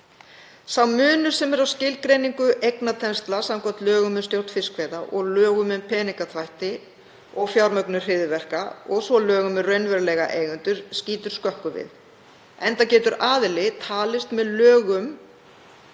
Sá munur sem er á skilgreiningu eignatengsla samkvæmt lögum um stjórn fiskveiða, lögum um peningaþvætti og fjármögnun hryðjuverka og lögum um raunverulega eigendur skýtur skökku við, enda getur aðili talist raunverulegur